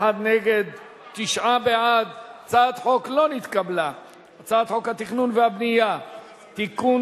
ההצעה להסיר מסדר-היום את הצעת חוק התכנון והבנייה (תיקון,